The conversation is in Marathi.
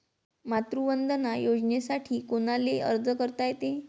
मातृवंदना योजनेसाठी कोनाले अर्ज करता येते?